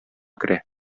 керә